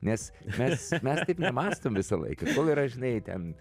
nes mes mes taip nemąstom visą laiką kol yra žinai ten